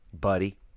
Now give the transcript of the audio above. Buddy